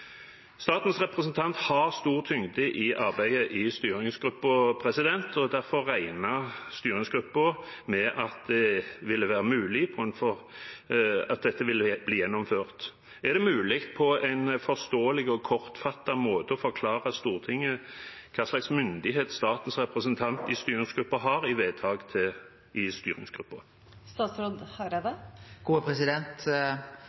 Statens representant har stor tyngde i arbeidet i styringsgruppen, og derfor regnet styringsgruppen med at det var mulig at dette ville bli gjennomført. Er det mulig, på en forståelig og kortfattet måte, å forklare Stortinget hva slags myndighet statens representant i styringsgruppen har i vedtak i styringsgruppen? Statens representant i